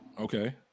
Okay